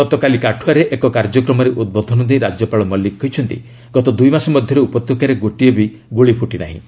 ଗତକାଲି କାଠୁଆରେ ଏକ କାର୍ଯ୍ୟକ୍ରମକରେ ଉଦ୍ବୋଧନ ଦେଇ ରାଜ୍ୟପାଳ ମଲ୍ଲିକ କହିଛନ୍ତି ଗତ ଦୁଇମାସ ମଧ୍ୟରେ ଉପତ୍ୟକାରେ ଗୋଟିଏ ବି ଗୁଳି ଫୁଟିନାହିଁ